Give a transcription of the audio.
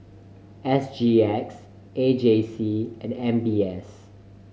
S G X A J C and M B S